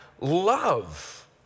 love